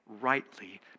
rightly